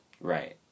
right